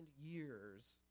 years